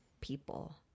people